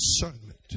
discernment